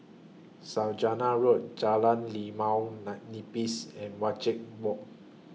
Saujana Road Jalan Limau NAN Nipis and Wajek Walk